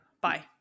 Bye